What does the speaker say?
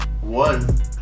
one